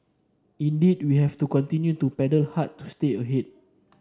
indeed we have to continue to paddle hard to stay ahead